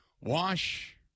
wash